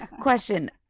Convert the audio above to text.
question